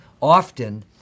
often